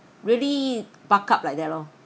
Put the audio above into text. really buck up like that lor